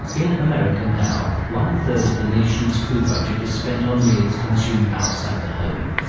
in america now, one-third of the nation's food budget is spent on meals consumed outside the home.